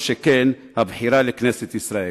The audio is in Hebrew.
וכל שכן הבחירה לכנסת ישראל.